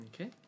Okay